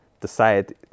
decide